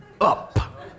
up